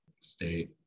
state